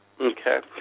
okay